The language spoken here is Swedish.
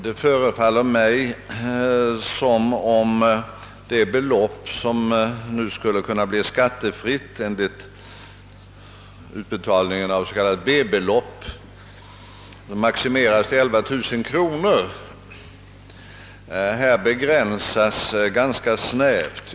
Det förefaller mig som om det belopp som nu skulle kunna bli skattefritt enligt reglerna för utbetalning av s.k. B belopp — maximerat till 11 000 kronor — begränsas ganska snävt.